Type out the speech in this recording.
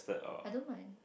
I don't mind